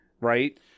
right